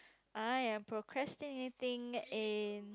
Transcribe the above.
I am procrastinating in